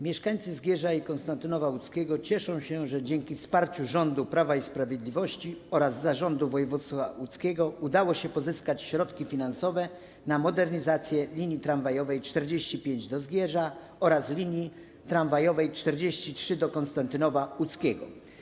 Mieszkańcy Zgierza i Konstantynowa Łódzkiego cieszą się, że dzięki wsparciu rządu Prawa i Sprawiedliwości oraz Zarządu Województwa Łódzkiego udało się pozyskać środki finansowe na modernizację linii tramwajowej nr 45 do Zgierza oraz linii tramwajowej nr 43 do Konstantynowa Łódzkiego.